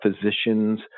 physicians